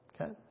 okay